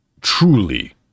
truly